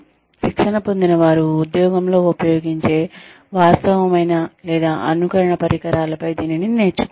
శిక్షణ పొందిన వారు ఉద్యోగంలో ఉపయోగించే వాస్తవమైన లేదా అనుకరణ పరికరాలపై దీనిని నేర్చుకుంటారు